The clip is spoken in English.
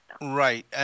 right